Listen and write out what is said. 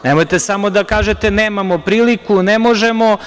Nemojte samo da kažete - nemamo priliku, ne možemo.